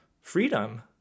freedom